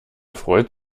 freut